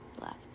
left